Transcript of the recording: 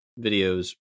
videos